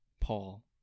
Paul